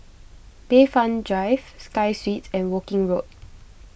Bayfront Drive Sky Suites and Woking Road